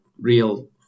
real